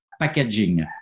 packaging